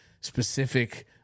specific